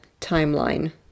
timeline